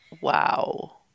wow